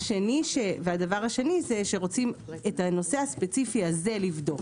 והדבר השני זה שרוצים את הנושא הספציפי הזה לבדוק.